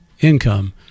income